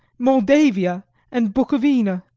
moldavia and bukovina,